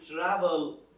travel